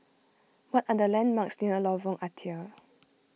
what are the landmarks near Lorong Ah Thia